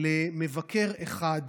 למבקר אחד